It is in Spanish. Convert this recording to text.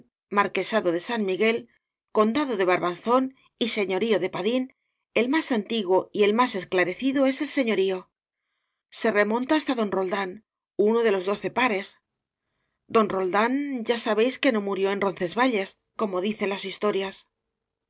marquesado de san miguel condado de barbanzón y señorío de padín el más antiguo y el más esclarecido es el señorío se remonta hasta don roldán uno de los doce pares don roldán ya sabéis que no mu rió en roncesvalles como dicen las historias